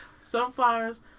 sunflowers